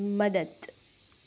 मदद